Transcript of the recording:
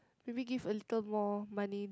maybe give a little more money